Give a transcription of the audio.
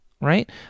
right